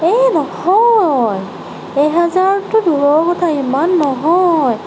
এই নহয় এহেজাৰতো দূৰৰ কথা ইমান নহয়